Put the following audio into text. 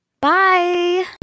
Bye